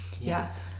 Yes